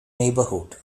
neighborhood